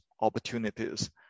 opportunities